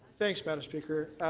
thanks, madam speaker.